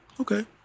Okay